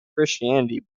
christianity